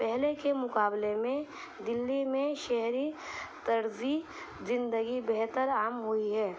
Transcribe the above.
پہلے کے مقابلے میں دلی میں شہری طرزِ زندگی بہتر عام ہوئی ہے